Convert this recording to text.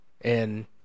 And-